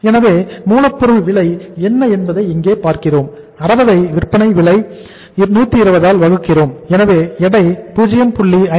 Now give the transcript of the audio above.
எனவே மூலப்பொருள் விலை என்ன என்பதை இங்கே நாம் பார்க்கிறோம் 60 ஐ விற்பனை விலை 120 ஆல் வகுக்கிறோம் எனவே எடை 0